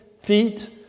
feet